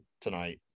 tonight